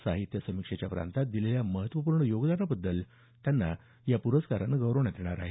साहित्यात समिक्षेच्या प्रांतात दिलेल्या महत्वपूर्ण योगदानाबद्दल त्यांना या प्रस्कारानं गौरवण्यात येणार आहे